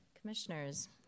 Commissioners